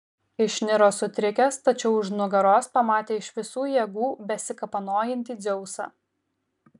išniro sutrikęs tačiau už nugaros pamatė iš visų jėgų besikapanojantį dzeusą